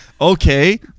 Okay